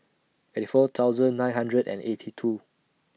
eighty four thousand nine hundred and eighty two